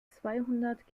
zweihundert